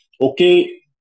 okay